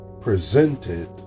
presented